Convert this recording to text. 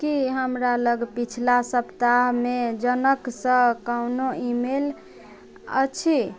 की हमरा लग पिछला सप्ताहमे जनकसँ कओनो ईमेल अछि